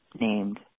named